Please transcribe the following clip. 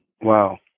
wow